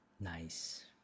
Nice